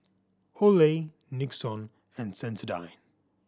Olay Nixon and Sensodyne